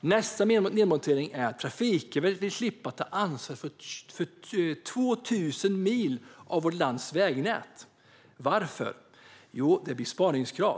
Nästa nedmontering är att Trafikverket vill slippa att ta ansvar för 2 000 mil av vårt lands vägnät. Varför? Jo, det är besparingskrav.